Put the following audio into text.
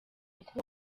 uko